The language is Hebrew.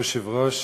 אדוני היושב-ראש,